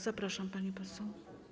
Zapraszam, pani poseł.